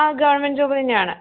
ആ government job തന്നെയാണ്